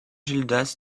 gildas